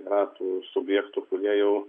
yra tų subjektų kurie jau